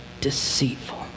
deceitful